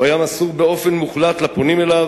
הוא היה מסור באופן מוחלט לפונים אליו,